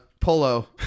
polo